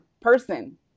person